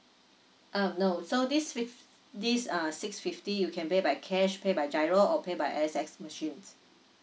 uh no so this fif~ this uh six fifty you can pay by cash pay by GIRO or pay by A_X_S machines